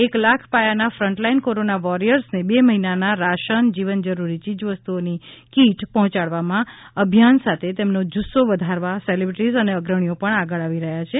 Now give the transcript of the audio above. એક લાખ પાયાના front line corona વોરિયર્સને બે મહિનાના રાશન જીવન જરૂરી ચીજ વસ્તુઓની કીટ પહોંચાડવાના અભિયાન સાથે તેમનો જુસ્સો વધારવા સેલિબ્રિટિઝ અને અગ્રણીઓ પણ આગળ આવી રહ્યા છે